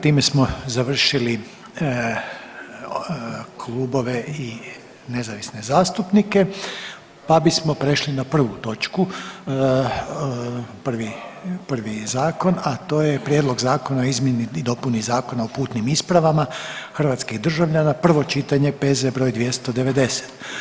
Time smo završili klubove i nezavisne zastupnike, pa bismo prešli na prvu točku, prvi, prvi zakon, a to je: - Prijedlog zakona o izmjeni i dopuni Zakona o putnim ispravama hrvatskih državljana, prvo čitanje P.Z. br. 290.